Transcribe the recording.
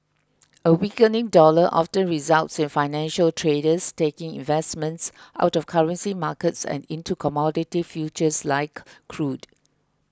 a weakening dollar often results in financial traders taking investments out of currency markets and into commodity futures like crude